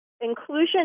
inclusion